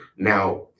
Now